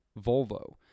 Volvo